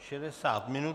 Šedesát minut.